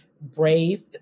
brave